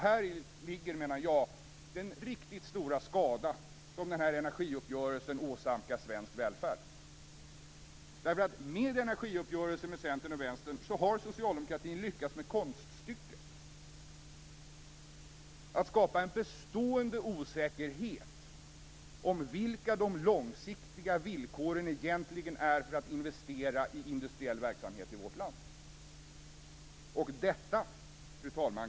Häri ligger den riktigt stora skada som denna energiuppgörelse åsamkar svensk välfärd. Genom energiuppgörelsen med Centern och Vänstern har socialdemokratin lyckats med konststycket att skapa en bestående osäkerhet om vilka de långsiktiga villkoren egentligen är för att investera i industriell verksamhet i vårt land. Fru talman!